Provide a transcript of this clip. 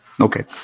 Okay